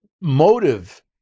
motive